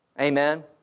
Amen